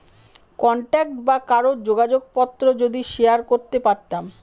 contact বা কারোর যোগাযোগ পত্র যদি শেয়ার করতে পারতাম